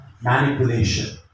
manipulation